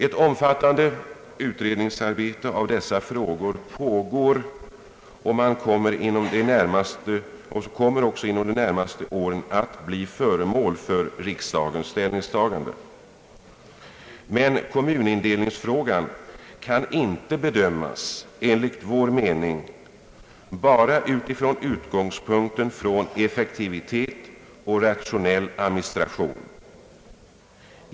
Ett omfattande utredningsarbete av dessa frågor pågår och kommer också inom de närmaste åren att bli föremål för riksdagens ställningstagande. Men kommunindelningsfrågan kan enligt vår mening inte bedömas bara utifrån utgångspunkten effektivitet och rationell administration.